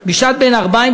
"בשעת בין הערביים,